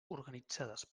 organitzades